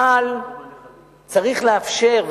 אבל צריך לאפשר,